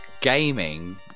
gaming